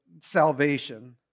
salvation